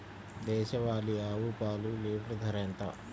దేశవాలీ ఆవు పాలు లీటరు ధర ఎంత?